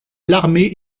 l’armée